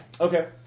Okay